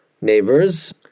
neighbors